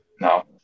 No